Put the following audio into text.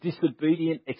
disobedient